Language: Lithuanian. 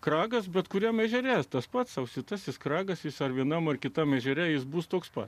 kragas bet kuriam ežere tas pats ausytasis kragas jis ar vienam ar kitam ežere jis bus toks pat